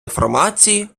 інформації